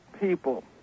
people